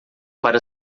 para